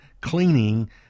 cleaning